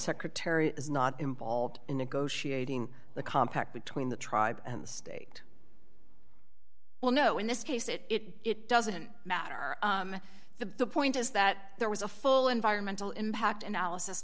secretary is not involved in negotiating the compact between the tribe and the state well no in this case it it doesn't matter the point is that there was a full environmental impact analysis